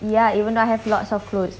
ya even though I have lots of clothes